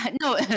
no